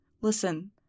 Listen